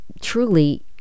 truly